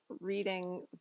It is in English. reading